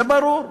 זה ברור.